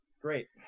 Great